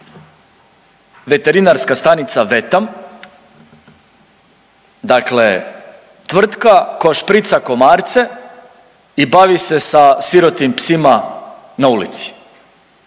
Veterinarska stanica VETAM, dakle tvrtka koja šprica komarce i bavi se sa sirotim psima na ulici.